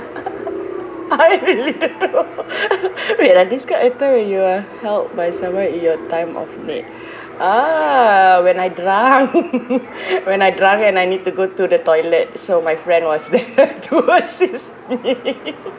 wait ah describe a time when you were helped by someone in your time of need ah when I drunk when I drunk and I need to go to the toilet so my friend was there to assist me